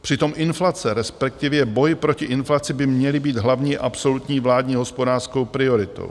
Přitom inflace, respektive boj proti inflaci, by měly být hlavní absolutní vládní hospodářskou prioritou.